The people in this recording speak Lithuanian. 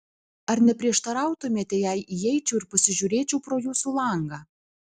ar neprieštarautumėte jei įeičiau ir pasižiūrėčiau pro jūsų langą